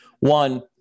One